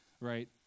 right